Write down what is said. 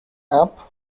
app